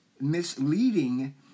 misleading